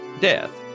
death